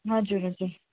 हजुर हजुर